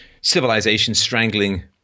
civilization-strangling